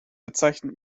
bezeichnet